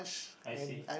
I see